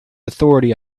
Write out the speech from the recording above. authority